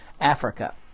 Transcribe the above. Africa